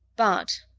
bart,